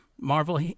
Marvel